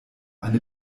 eine